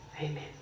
Amen